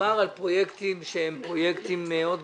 על פרויקטים שהם פרויקטים מאוד גדולים.